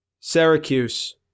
Syracuse